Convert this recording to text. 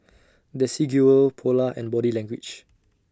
Desigual Polar and Body Language